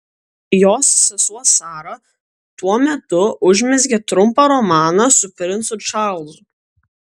jos sesuo sara tuo metu užmezgė trumpą romaną su princu čarlzu